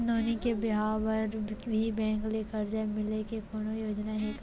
नोनी के बिहाव बर भी बैंक ले करजा मिले के कोनो योजना हे का?